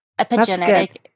Epigenetic